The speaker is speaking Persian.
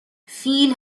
فیل